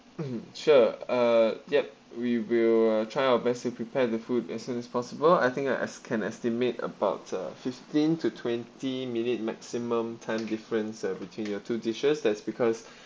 mm sure uh yup we will uh try our best to prepare the food as soon as possible I think I es~ can estimate about uh fifteen to twenty minutes maximum time difference uh between your two dishes that's because